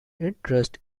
interest